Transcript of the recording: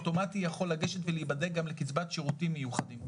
אוטומטית יכול לגשת ולהיבדק גם לקצבת שירותים מיוחדים.